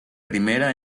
primera